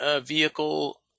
vehicle